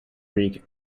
greek